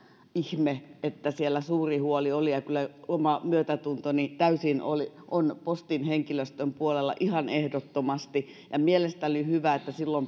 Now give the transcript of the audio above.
ihme että siellä suuri huoli oli ja kyllä oma myötätuntoni täysin on postin henkilöstön puolella ihan ehdottomasti mielestäni oli hyvä että